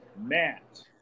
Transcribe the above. Matt